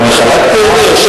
אני חלקתי על זה?